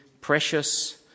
precious